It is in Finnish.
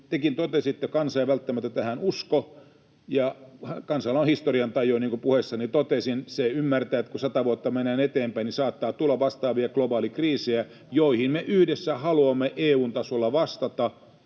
tekin totesitte, kansa ei välttämättä tähän usko, ja kansalla on historiantajua, niin kuin puheessani totesin. Se ymmärtää, että kun sata vuotta mennään eteenpäin, niin saattaa tulla vastaavia globaalikriisejä, joihin me yhdessä haluamme EU:n tasolla vastata,